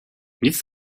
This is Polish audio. nic